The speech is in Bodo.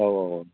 औ औ औ